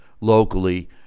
locally